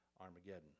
Armageddon